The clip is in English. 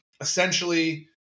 Essentially